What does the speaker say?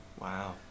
Wow